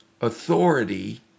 authority